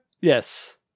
Yes